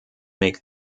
make